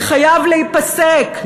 זה חייב להיפסק".